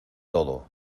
todo